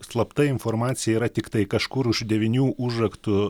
slapta informacija yra tiktai kažkur už devynių užraktų